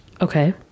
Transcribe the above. Okay